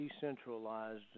decentralized